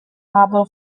harbor